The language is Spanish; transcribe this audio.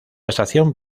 estación